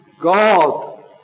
God